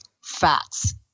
fats